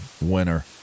winner